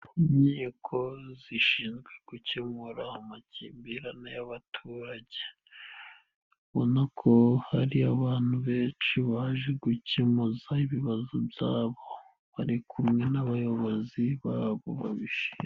Inkiko zishinzwe gukemura amakimbirane y'abaturage. Ubona ko hari abantu benshi baje gukemuza ibibazo byabo, bari kumwe n'abayobozi babo babishinzwe.